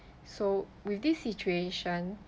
so with this situation